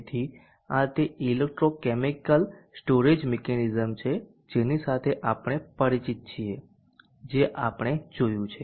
તેથી આ તે ઇલેક્ટ્રોકેમિકલ સ્ટોરેજ મિકેનિઝમ છે જેની સાથે આપણે પરિચિત છીએ જે આપણે જોયું છે